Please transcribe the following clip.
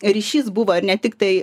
ryšys buvo ir ne tiktai